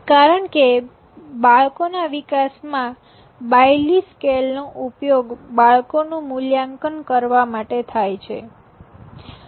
કારણકે બાળકોના વિકાસમાં બાયલી સ્કેલનો ઉપયોગ બાળકોનું મૂલ્યાંકન કરવા માટે થાય છે